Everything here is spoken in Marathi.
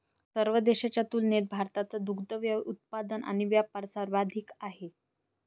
सर्व देशांच्या तुलनेत भारताचा दुग्ध उत्पादन आणि वापर सर्वाधिक आहे